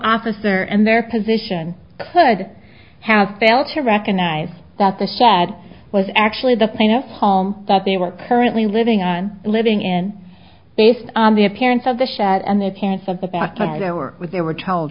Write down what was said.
officer and their position could have failed to recognise that the shed was actually the plaintiff home that they were currently living on living in based on the appearance of the shed and the parents of the back to work with they were told